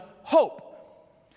hope